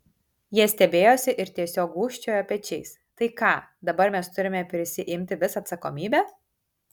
jie stebėjosi ir tiesiog gūžčiojo pečiais tai ką dabar mes turime prisiimti visą atsakomybę